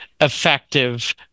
effective